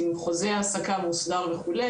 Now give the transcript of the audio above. עם חוזה העסקה מוסדר וכו'.